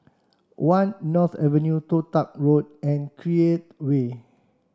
one North Avenue Toh Tuck Road and Create Way